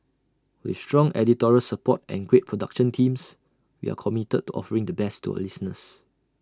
with strong editorial support and great production teams we are committed to offering the best to our listeners